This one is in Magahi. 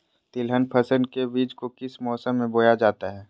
तिलहन फसल के बीज को किस मौसम में बोया जाता है?